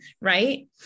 Right